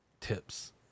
tips